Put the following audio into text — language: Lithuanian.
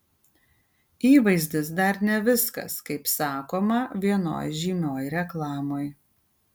įvaizdis dar ne viskas kaip sakoma vienoj žymioj reklamoj